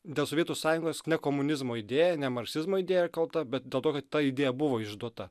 dėl sovietų sąjungos ne komunizmo idėja ne marksizmo idėja yra kalta bet dėl to kad ta idėja buvo išduota